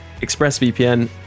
ExpressVPN